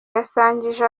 yasangije